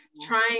trying